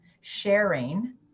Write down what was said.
sharing